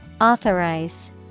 Authorize